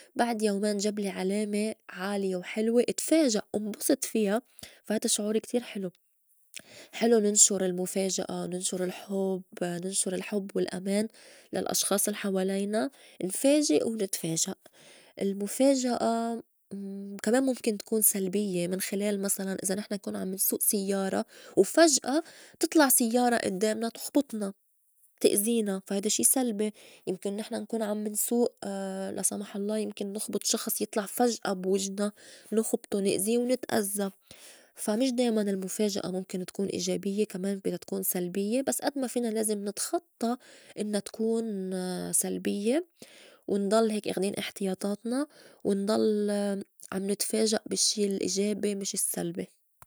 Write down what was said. بعد يومين جبلي علامة عالية وحلوة إتفاجئ انبُسِط فيا فا هيدا شعور كتير حلو، حلو ننشُر المُفاجأة، ننشُر الحُب، ننشُر الحب والأمان للأشخاص الحوالينا، نفاجئ ونتفاجئ، المُفاجأة كمان مُمكن تكون سلبيّة من خلال مسلاً إذا نحن نكون عم نسوئ سيّارة وفجأة تطلع سيّارة إدّامنا تُخبُطنا تأزينا فا هيدا الشّي سلبي يمكن نحن نكون عم نسوئ لا سمح الله يمكن نخبُط شخص يطلع فجأة بوجنا نخبطو نأزي ونتأزّى، فا مش دايماً المُفاجأة مُمكن تكون إيجابيّة كمان بدّا تكون سلبيّة بس أد ما فينا لازم نتخطّى إنّا تكون سلبيّة ونضل هيك آخدين إحتياطاتنا ونضل عم نتفاجئ بالشّي الإيجابي مش السّلبي.